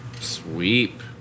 Sweep